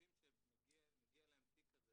ושופטים שמגיע אליהם תיק כזה